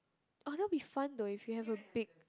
orh that would be fun though if you have a big